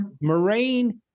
Moraine